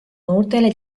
noortele